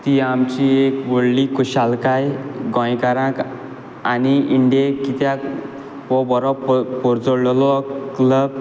ती आमची एक व्हडली खुशालकाय गोंयकारांक आनी इंडियेक कित्याक हो बोरो पोरजोळ्ळोलो क्लब